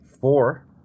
four